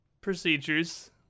procedures